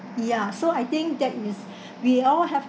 ya so I think that is we all have